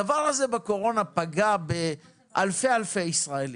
הדבר הזה בקורונה פגע באלפי ישראלים.